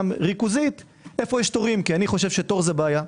ריכוזית היכן יש תורים כי אני חושב שתור זה בעיה.